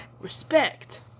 respect